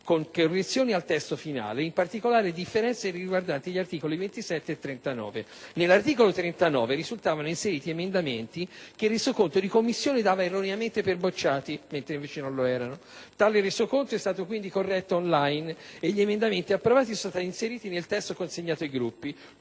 con correzioni al testo finale e, in particolare, con differenze riguardanti gli articoli 27 e 39. Nell'articolo 39 risultavano inseriti emendamenti che il resoconto di Commissione dava erroneamente per bocciati, mentre non lo erano; tale resoconto è stato quindi corretto *on**line* e gli emendamenti approvati sono stati inseriti nel testo consegnato ai Gruppi,